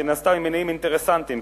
שנעשתה ממניעים אינטרסנטיים,